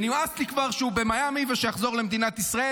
ונמאס לי כבר שהוא במיאמי, שיחזור למדינת ישראל.